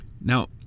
Now